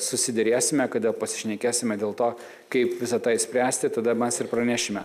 susiderėsime kada pasišnekėsime dėl to kaip visa tą išspręsti tada mas ir pranešime